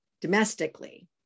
domestically